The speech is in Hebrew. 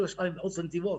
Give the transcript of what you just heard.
כל השאר הם מחוץ לנתיבות.